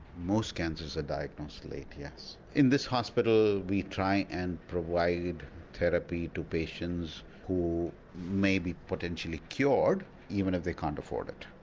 most cancers are diagnosed late yes. in this hospital we try and provide therapy to patients who may be potentially cured even if they can't afford it.